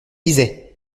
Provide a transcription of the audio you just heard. lisaient